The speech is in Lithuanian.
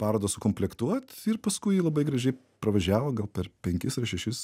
parodą sukomplektuot ir paskui labai gražiai pravažiavo gal per penkis ar šešis